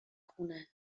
خونه